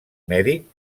mèdic